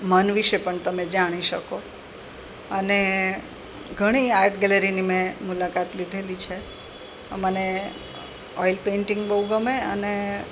મન વિશે પણ તમે જાણી શકો અને ઘણી આર્ટ ગેલેરીની મેં મુલાકાત લીધેલી છે મને ઓઇલ પેન્ટિંગ બહુ ગમે અને